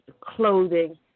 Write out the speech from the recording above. clothing